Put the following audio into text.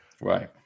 Right